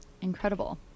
Incredible